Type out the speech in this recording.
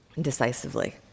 decisively